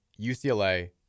UCLA